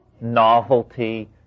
Novelty